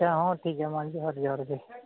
ᱟᱪᱪᱷᱟ ᱦᱚᱸ ᱴᱷᱤᱠ ᱜᱮᱭᱟ ᱢᱟ ᱡᱚᱦᱟᱨ ᱡᱚᱦᱟᱨ ᱜᱮ